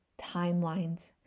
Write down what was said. timelines